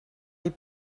les